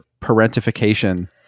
parentification